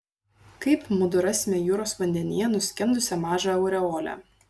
kaip mudu rasime jūros vandenyje nuskendusią mažą aureolę